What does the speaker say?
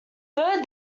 third